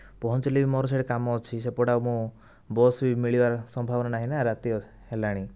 ପହଞ୍ଚିଲେ ବି ମୋର ସେଇଠି କାମ ଅଛି ସେପଟେ ଆଉ ମୁଁ ବସ ବି ମିଳିବାର ସମ୍ଭାବନା ନାହିଁ ନା ରାତି ହେଲାଣି